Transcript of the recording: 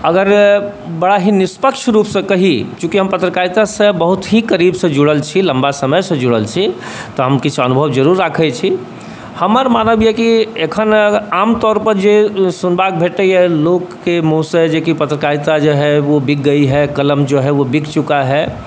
अगर बड़ा ही निष्पक्ष रूप सऽ कही चूँकि हम पत्रकारिता सऽ बहुत ही करीब सऽ जुड़ल छी लम्बा समय सऽ जुड़ल छी तऽ हम किछु अनुभव जरूर राखै छी हमर मानब यऽ कि अखन आमतौर पर जे सुनबाक भेटैए लोकके मूँह सऽ जे कि पत्रकारिता जो है वो बिक गई है कलम जो है वो बिक चुका है